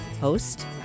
host